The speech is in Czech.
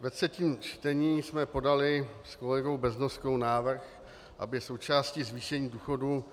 Ve třetím čtení jsme podali s kolegou Beznoskou návrh, aby součástí zvýšení důchodu